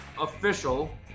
official